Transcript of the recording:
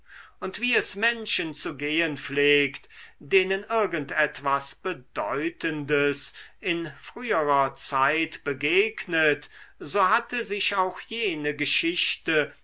und wie es menschen zu gehen pflegt denen irgend etwas bedeutendes in früherer zeit begegnet so hatte sich auch jene geschichte